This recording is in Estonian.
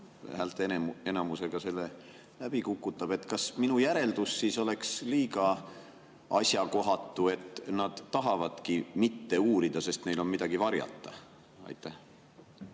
häälteenamusega selle läbi kukutab, kas siis minu järeldus oleks liiga asjakohatu, et nad ei tahagi uurida, sest neil on midagi varjata? Aitäh,